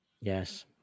Yes